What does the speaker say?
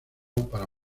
para